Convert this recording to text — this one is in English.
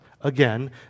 again